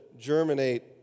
germinate